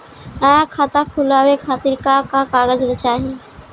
नया खाता खुलवाए खातिर का का कागज चाहीं?